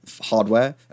hardware